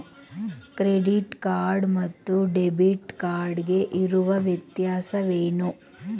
Credit card ಮತ್ತು debit card ಗೆ ಇರುವ ವ್ಯತ್ಯಾಸವೇನು?